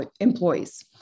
employees